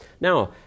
Now